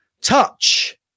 touch